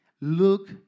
look